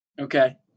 Okay